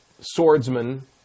swordsman